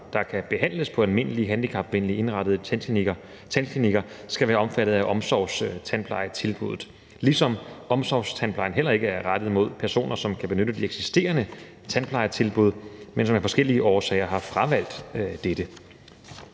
der kan behandles på almindelige handicapvenligt indrettede tandklinikker, skal være omfattet af omsorgstandplejetilbuddet, ligesom omsorgstandplejen heller ikke rettet mod personer, som kan benytte de eksisterende tandplejetilbud, men som af forskellige årsager har fravalgt dette.